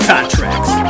Contracts